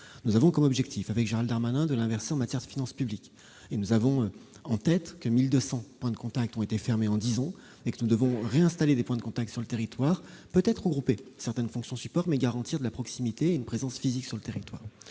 Nous avons comme objectif, avec Gérald Darmanin, de l'inverser en matière de finances publiques. Nous avons en tête que 1 200 points de contact ont été fermés en dix ans et que nous devons en réinstaller, peut-être en regroupant certaines fonctions support, mais en garantissant de la proximité, une présence physique sur le territoire.